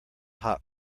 hot